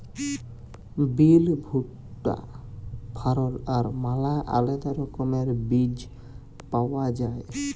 বিল, ভুট্টা, ফারল আর ম্যালা আলেদা রকমের বীজ পাউয়া যায়